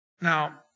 Now